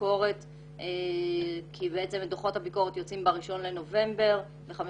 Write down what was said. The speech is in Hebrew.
ביקורת כי בעצם דוחות הביקורת יוצאים ב-1 בנובמבר כאשר